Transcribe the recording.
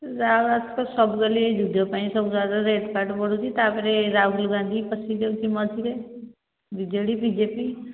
ଯାହାହେଉ ଆଜି ତ ସବୁଖାଲି ଏ ଯୁଦ୍ଧ ପାଇଁ ସବୁ ରେଟ୍ ରାଟ୍ ବଢୁଛି ତାପରେ ରାହୁଲ ଗାନ୍ଧୀ ଫଶି ଯାଉଛିି ମଝିରେ B J D B J P